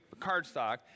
cardstock